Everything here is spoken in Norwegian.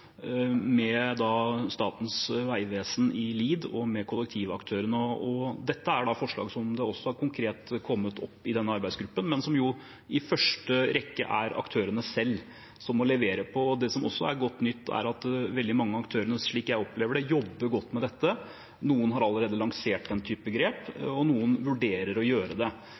med kollektivaktørene, der Statens vegvesen har ledelsen. Dette er også forslag som konkret har kommet opp i arbeidsgruppen, men det er først og fremst aktørene selv som må levere her. Det som er godt nytt, er at mange av aktørene, slik jeg opplever det, jobber godt med dette. Noen har allerede lansert slike grep, og noen vurderer å gjøre det.